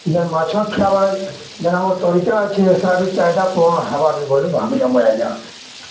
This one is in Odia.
ଯେନ୍ ମାଛ ଖିଆ ଯେନ୍ ଆମର୍ ତରିକା ଅଛେ ସେଟା ବି ଚାହିଦା ପୂରଣ ହେବା ବି ବୋଲି ଭାବୁଛେଁ ମୁଇଁ ଆଜ୍ଞା